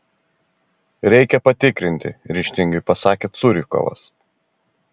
reikia patikrinti ryžtingai pasakė curikovas